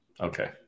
Okay